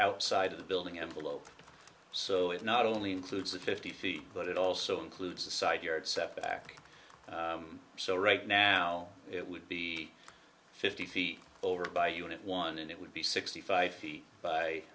outside the building envelope so it's not only includes the fifty feet but it also includes the side yard setback so right now it would be fifty feet over by unit one and it would be sixty five feet by